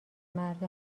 مرد